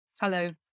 Hello